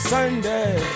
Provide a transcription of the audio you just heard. Sunday